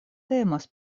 temas